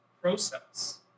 process